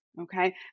okay